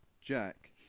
jack